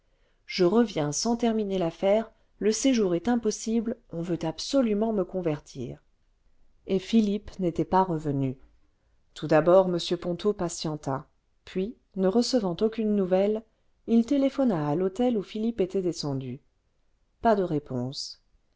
je reviens sans terminer l'affaire le séjour est impossible on veut absolument me convertir et philippe n'était pas revenu tout d'abord m ponto patienta puis les docks du mariage a londres ne recevant aucune nouvelle il téléphona à l'hôtel où philippe était descendu pas de réponse